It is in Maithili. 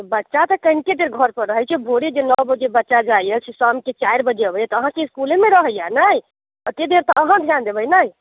बच्चा तऽ कनिके देर घर पर रहैत छै भोरे जे नओ बजे बच्चा जाइया से शामके चारि बजे अबैया तऽ अहाँकेँ इसकुलेमे रहैया ने एतेक देर तऽ अहाँ ध्यान देबै ने